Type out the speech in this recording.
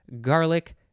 garlic